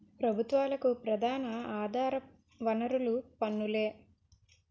ప్రభుత్వాలకు ప్రధాన ఆధార వనరులు పన్నులే